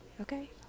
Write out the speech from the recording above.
Okay